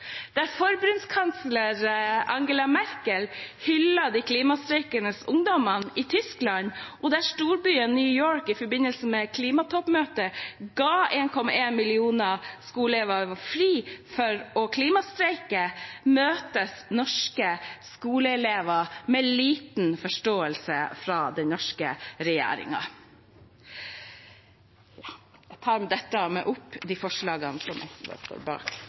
Angela Merkel hyller de klimastreikende ungdommene i Tyskland, og der storbyen New York i forbindelse med klimatoppmøtet ga 1,1 millioner skoleelever fri for å klimastreike, møtes norske skoleelever med liten forståelse fra den norske regjeringen. Jeg tar med dette opp de forslagene som SV står bak.